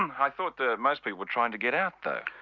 i thought that most people were trying to get out though.